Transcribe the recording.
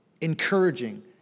encouraging